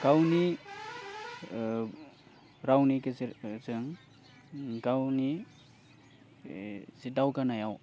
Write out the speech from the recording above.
गावनि रावनि गेजेर जों गावनि एह जे दावगानायाव